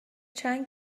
چند